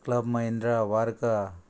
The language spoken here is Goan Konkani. क्लब महिंद्रा वार्का